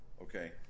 okay